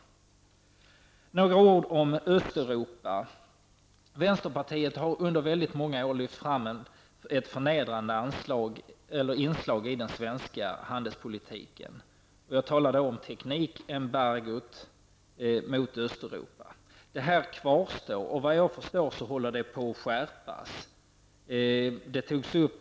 Så några ord om Östeuropa. Vänsterpartiet har under väldigt många år lyft fram ett förnedrande inslag i den svenska handelspolitiken. Jag talar då om teknikembargot mot Östeuropa. Detta kvarstår, och såvitt jag förstår håller det på att skärpas.